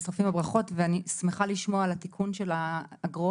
ואני שמחה לשמוע על התיקון של האגרות,